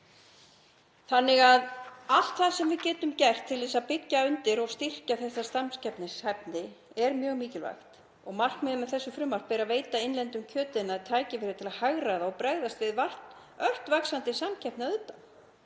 því. Allt það sem við getum gert til að byggja undir og styrkja samkeppnishæfni er mjög mikilvægt. Markmiðið með þessu frumvarpi er að veita innlendum kjötiðnaði tækifæri til að hagræða og bregðast við ört vaxandi samkeppni að utan.